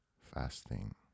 Fasting